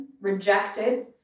rejected